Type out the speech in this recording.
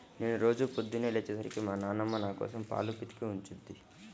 నేను రోజూ పొద్దన్నే లేచే సరికి మా నాన్నమ్మ నాకోసం పాలు పితికి ఉంచుద్ది